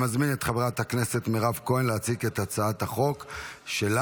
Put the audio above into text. אני מזמין את חברת הכנסת מירב כהן להציג את הצעת החוק שלה.